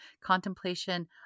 Contemplation